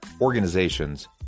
organizations